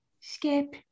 Skip